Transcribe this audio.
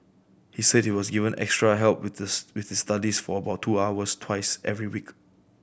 he said he was given extra help with this with this studies for about two hours twice every week